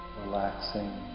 relaxing